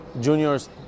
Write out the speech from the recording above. juniors